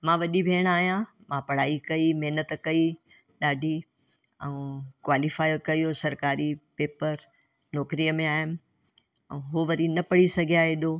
मां वॾी भेण आहियां मां पढ़ाई कई महिनत ॾाढी ऐं क्कवालिफाई कयो सरकारी पेपर नौकिरीअ में आयमि ऐं उहे वरी न पढ़ी सघिया एॾो